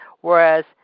whereas